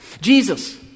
Jesus